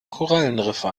korallenriffe